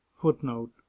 Footnote